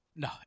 No